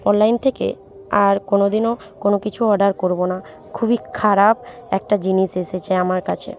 online থেকে আর কোনদিনও কোনও কিছুও অর্ডার করব না খুবই খারাপ একটা জিনিস এসেছে আমার কাছে